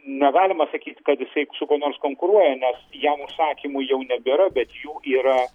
negalima sakyti kad jisai su kuo nors konkuruoja nes jam užsakymų jau nebėra bet jų yra